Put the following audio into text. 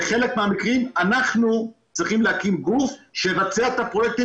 בחלק מהמקרים אנחנו צריכים להקים גוף שיבצע את הפרויקטים